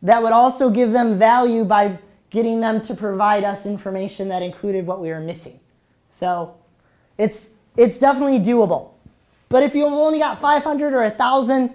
that would also give them value by getting them to provide us information that included what we are missing so it's it's definitely doable but if you only got five hundred or a thousand